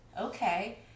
okay